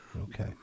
Okay